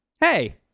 Hey